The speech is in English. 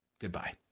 Goodbye